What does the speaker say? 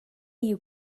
you